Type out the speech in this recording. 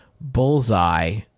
Bullseye